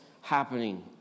happening